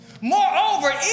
Moreover